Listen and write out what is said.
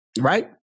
Right